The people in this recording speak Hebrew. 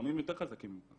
הזרמים יותר חזקים ממך